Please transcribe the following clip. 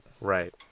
Right